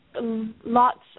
lots